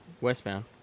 Westbound